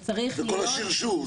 וצריך להיות ----- השרשור.